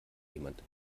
niemand